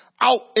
out